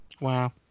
Wow